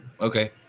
Okay